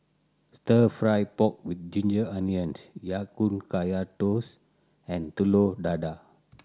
Stir Fried Pork With Ginger Onions Ya Kun Kaya Toast and Telur Dadah